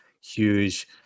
huge